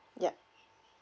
ya